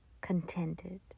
Contented